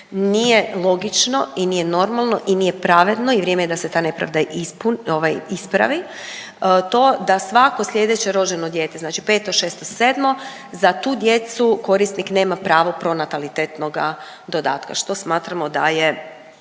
nije logično i nije normalno i nije pravedno i vrijeme je da se ta nepravda ispu… ovaj ispravi to da svako slijedeće rođeno dijete znači 5, 6, 7, za tu djecu korisnik nema pravo pronatalitetnoga dodatka što smatramo da je